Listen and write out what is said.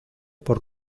por